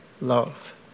love